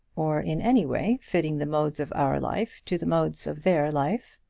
or in any way fitting the modes of our life to the modes of their life.